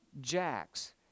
jacks